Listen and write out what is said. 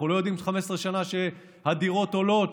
אנחנו לא יודעים 15 שנה שהדירות עולות,